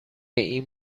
این